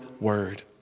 word